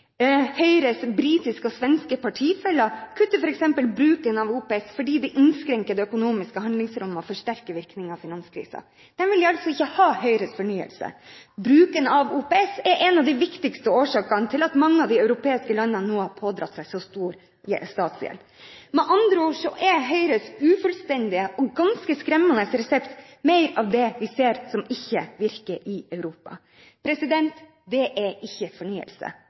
Høyres britiske og svenske partifeller kutter f.eks. bruken av OPS, fordi det innskrenker det økonomiske handlingsrommet og forsterker virkningen av finanskrisen. De vil altså ikke ha Høyres «fornyelse». Bruken av OPS er en av de viktigste årsakene til at mange av de europeiske landene nå har pådratt seg så stor statsgjeld. Med andre ord er Høyres ufullstendige og ganske skremmende resept: mer av det vi ser som ikke virker i Europa. Det er ikke fornyelse,